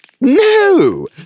No